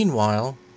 Meanwhile